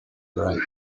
grate